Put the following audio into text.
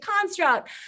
construct